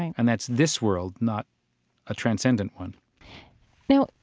and that's this world, not a transcendent one now,